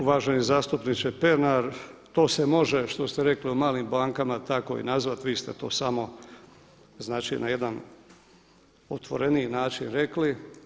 Uvaženi zastupniče Pernar, to se može što ste rekli o malim bankama tako i nazvati, vi ste to samo na jedan otvoreniji način rekli.